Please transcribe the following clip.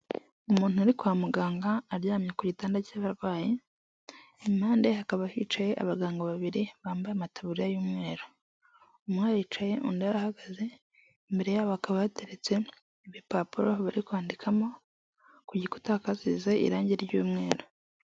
Umuntu uri kwa muganga aryamye ku gitanda cy'abarwayi, impande hakaba hicaye abaganga babiri bambaye amatuburiya y'umweru, umwe aricaye undi arahagaze, imbere yabo hakaba hateretse ibipapuro bari kwandikamo, ku gikuta hakaba hasize irangi ry'umweru.